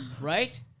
right